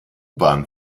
bahn